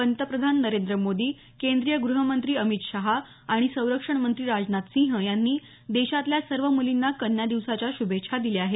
पंतप्रधान नरेंद्र मोदी केंद्रीय ग्रहमंत्री अमित शहा आणि सरंक्षण मंत्री राजनाथ सिंह यांनी देशातल्या सर्व मुलींना कन्या दिवसाच्या श्रभेच्छा दिल्या आहेत